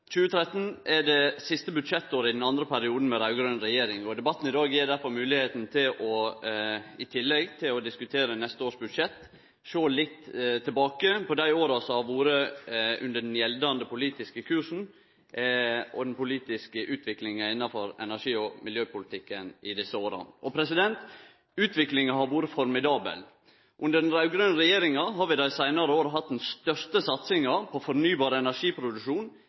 2013 er det siste budsjettåret i den andre perioden med raud-grøn regjering. Debatten i dag gjev difor – i tillegg til å diskutere budsjettet for neste år – moglegheit til å sjå tilbake på dei åra som har vore under den gjeldande politiske kursen, og på den politiske utviklinga innanfor energi- og miljøpolitikken i desse åra. Utviklinga har vore formidabel. Under den raud-grøne regjeringa har vi i dei seinare åra hatt den største satsinga på fornybar energiproduksjon,